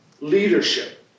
leadership